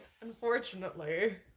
Unfortunately